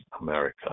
America